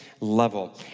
Level